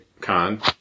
Con